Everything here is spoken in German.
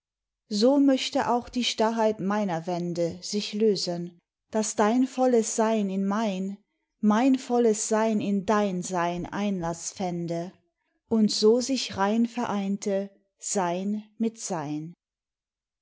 so möchte auch die starrheit meiner wände sich lösen daß dein volles sein in mein mein volles sein in dein sein einlaß fände und so sich rein vereinte sein mit sein